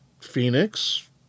Phoenix